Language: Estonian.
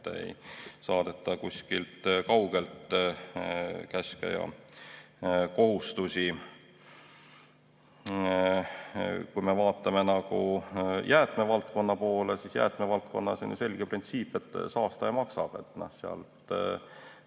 ei saadeta kuskilt kaugelt käske ja kohustusi. Kui me vaatame jäätmevaldkonna poole, siis jäätmevaldkonnas on selge printsiip, et saastaja maksab.